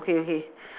okay okay